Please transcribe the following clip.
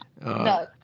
No